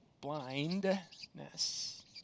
blindness